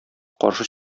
каршы